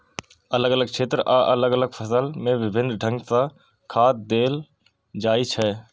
अलग अलग क्षेत्र आ अलग अलग फसल मे विभिन्न ढंग सं खाद देल जाइ छै